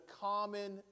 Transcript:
common